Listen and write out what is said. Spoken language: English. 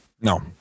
No